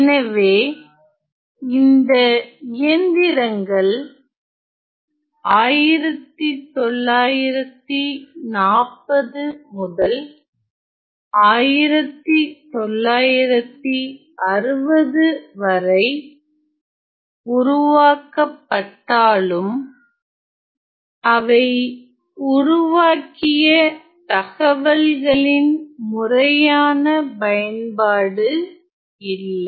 எனவே இந்த இயந்திரங்கள் 1940 முதல் 1960 வரை உருவாக்கப்பட்டாலும் அவை உருவாக்கிய தவகல்களின் முறையான பயன்பாடு இல்லை